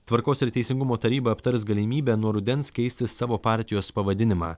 tvarkos ir teisingumo taryba aptars galimybę nuo rudens keisti savo partijos pavadinimą